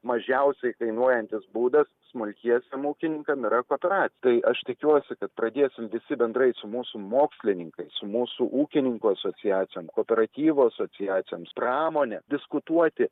mažiausiai kainuojantis būdas smulkiesiem ūkininkam yra kopera tai aš tikiuosi kad pradėsim visi bendrai su mūsų mokslininkais su mūsų ūkininkų asociacijom kooperatyvų asociacijoms pramone diskutuoti